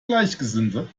gleichgesinnte